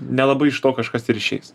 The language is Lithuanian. nelabai iš to kažkas ir išeis